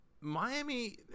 Miami